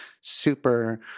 super